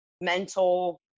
mental